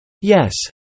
Yes